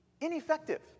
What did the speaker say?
ineffective